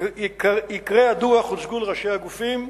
עיקרי הדוח הוצגו לראשי הגופים,